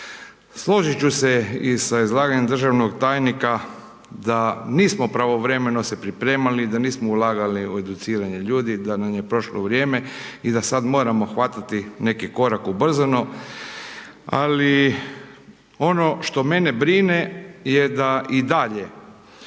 Složiti ću se i sa izlaganjem državnog tajnika, da nismo pravovremeno se pripremali, da nismo ulagali u educiranje ljudi, da nam je prošlo vrijeme i da sada moramo hvatati neki korak ubrzano. Ali, ono što mene brine, je da i dalje